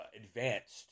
advanced